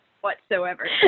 whatsoever